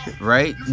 right